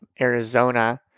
Arizona